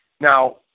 Now